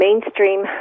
mainstream